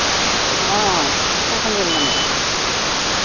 ᱦᱮᱸ ᱚᱠᱟ ᱠᱷᱚᱱ ᱵᱮᱱ ᱢᱮᱱᱮᱫᱼᱟ